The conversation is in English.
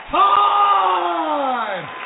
time